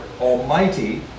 Almighty